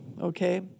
okay